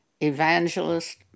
evangelist